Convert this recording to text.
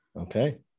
okay